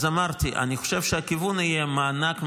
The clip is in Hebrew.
אז אמרתי, אני חושב שהכיוון יהיה מענק מסוים,